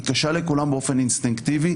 היא קשה לכולם באופן אינסטינקטיבי.